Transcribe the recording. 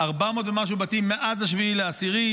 400 ומשהו בתים מאז 7 באוקטובר,